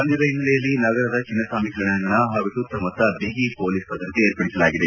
ಪಂದ್ಯದ ಹಿನ್ನೆಲೆಯಲ್ಲಿ ನಗರದ ಚಿನ್ನಸ್ವಾಮಿ ಕ್ರೀಡಾಂಗಣ ಪಾಗೂ ಸುತ್ತಮುತ್ತ ಬಿಗಿ ಮೊಲೀಸ್ ಭದ್ರತೆ ಏರ್ಪಡಿಸಲಾಗಿದೆ